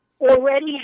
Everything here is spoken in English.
already